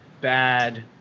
bad